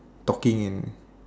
talking and